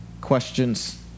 questions